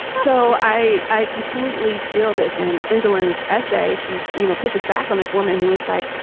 so i i completely feel this in insulin's essay. she you know pushes back on this woman who is like,